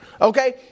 Okay